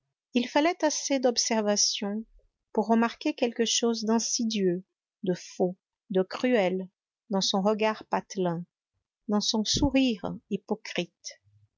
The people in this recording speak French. il fallait assez d'observation pour remarquer quelque chose d'insidieux de faux de cruel dans son regard patelin dans son sourire hypocrite